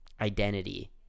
identity